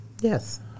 yes